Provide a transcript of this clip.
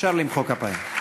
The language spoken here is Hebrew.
אפשר למחוא כפיים.